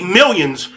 millions